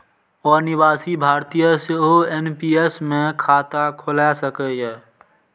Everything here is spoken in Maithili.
अनिवासी भारतीय सेहो एन.पी.एस मे खाता खोलाए सकैए